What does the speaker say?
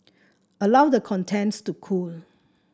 allow the contents to cool